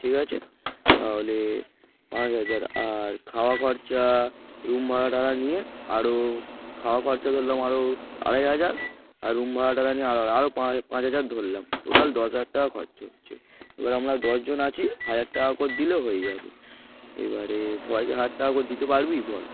ঠিক আছে তাহলে পাঁচ হাজার আর খাওয়া খরচা রুম ভাড়া টাড়া নিয়ে আরও খাওয়া খরচা ধরলাম আরও আড়াই হাজার আর রুম ভাড়া টাড়া নিয়ে আরো আরও পাঁচ হাজার ধরলাম টোটাল দশ হাজার টাকা খরচা হচ্ছে এবার আমরা দশজন আছি হাজার টাকা করে দিলেও হয়ে যাবে এবারে সবাই হাজার টাকা করে দিতে পারবি বল